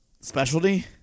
specialty